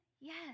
Yes